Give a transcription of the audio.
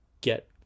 get